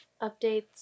Updates